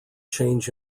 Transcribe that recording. change